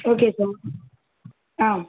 okay sir ah